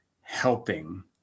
helping